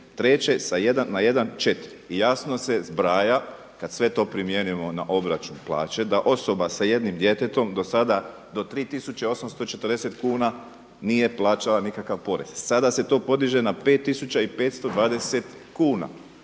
treće sa 1 na 1,4. I jasno se zbraja kad sve to primijenimo na obračun plaće da osoba sa jednim djetetom do sada, do 3840 kuna nije plaćala nikakav porez. Sada se to podiže na 5520 kuna.